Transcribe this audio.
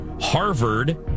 Harvard